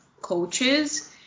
coaches